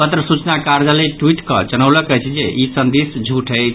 पत्र सूचना कार्यालय ट्वीट कऽ जनौलक अछि जे ई संदेश झूठ अछि